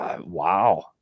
Wow